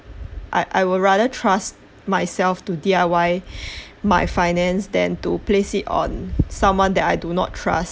I I would rather trust myself to D_I_Y my finance than to place it on someone that I do not trust